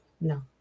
no